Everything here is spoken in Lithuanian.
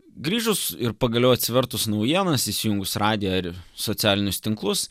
grįžus ir pagaliau atsivertus naujienas įsijungus radiją ir socialinius tinklus